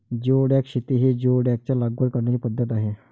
geoduck शेती ही जिओडॅकची लागवड करण्याची पद्धत आहे